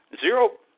Zero